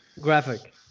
graphic